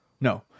No